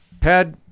Pad